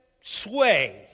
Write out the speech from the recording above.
sway